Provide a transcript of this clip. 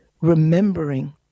remembering